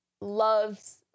loves